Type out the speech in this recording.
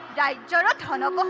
da da da da da